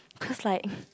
cause like